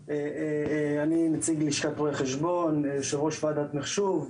אני נציג לשכת רואי חשבון, יושב-ראש ועדת מחשוב.